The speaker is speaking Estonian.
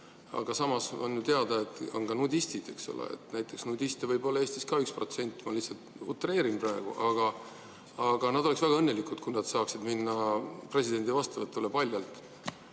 Aga samas on teada, et on ka nudistid. Võib-olla nudiste on Eestis ka 1% – ma lihtsalt utreerin praegu – ja nad oleksid väga õnnelikud, kui nad saaksid minna presidendi vastuvõtule paljalt.